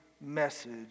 message